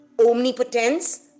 omnipotence